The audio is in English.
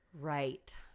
right